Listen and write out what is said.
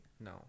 no